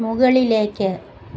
മുകളിലേക്ക്